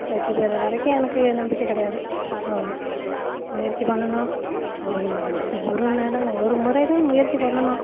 வெற்றி பெற வரைக்கும் எனக்கு நம்பிக்கை கிடையாது ஆமாம் முயற்சி பண்ணுனோம் ஒரு வ இந்த ஒரு நன ஒரு முறை தான் முயற்சி பண்ணுனோம்